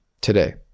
today